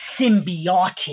symbiotic